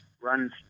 runs